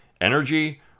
Energy